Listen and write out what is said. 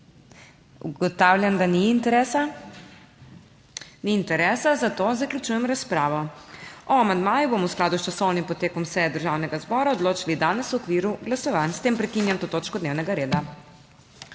Ugotavljam, da ni interesa. Ni interesa, zato zaključujem razpravo. O amandmajih bomo v skladu s časovnim potekom seje Državnega zbora odločali danes v okviru glasovanj. S tem prekinjam to točko dnevnega reda.